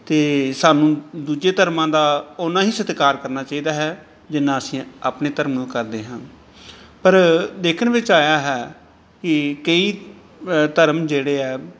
ਅਤੇ ਸਾਨੂੰ ਦੂਜੇ ਧਰਮਾਂ ਦਾ ਉੰਨਾ ਹੀ ਸਤਿਕਾਰ ਕਰਨਾ ਚਾਹੀਦਾ ਹੈ ਜਿੰਨਾ ਅਸੀਂ ਆਪਣੇ ਧਰਮ ਨੂੰ ਕਰਦੇ ਹਾਂ ਪਰ ਦੇਖਣ ਵਿੱਚ ਆਇਆ ਹੈ ਕਿ ਕਈ ਧਰਮ ਜਿਹੜੇ ਹੈ